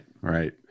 Right